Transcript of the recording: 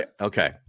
Okay